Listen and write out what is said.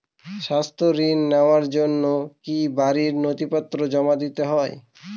স্বাস্থ্য ঋণ নেওয়ার জন্য কি বাড়ীর নথিপত্র জমা দিতেই হয়?